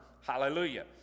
hallelujah